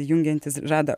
jungiantis žada